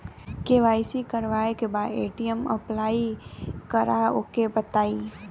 KYC करावे के बा ए.टी.एम अप्लाई करा ओके बताई?